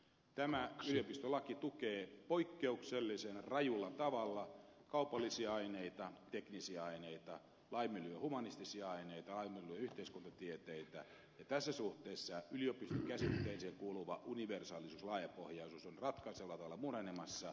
tämä yliopistolaki tukee poikkeuksellisen rajulla tavalla kaupallisia aineita teknisiä aineita laiminlyö humanistisia aineita laiminlyö yhteiskuntatieteitä ja tässä suhteessa yliopistokäsitteeseen kuuluva universaalisuus laajapohjaisuus on ratkaisevalla tavalla murenemassa